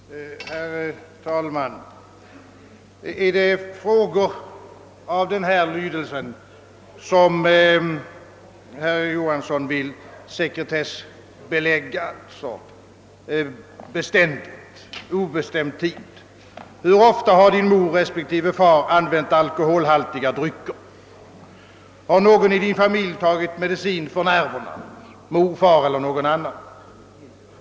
Herr talman! Är det frågor av denna lydelse, som herr Johansson i Trollhättan vill sekretessbelägga på obestämd tid: Hur ofta har din mor respektive far använt alkoholhaltiga drycker? Har någon i din familj tagit medicin för nerverna — mor, far eller någon annan?